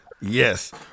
Yes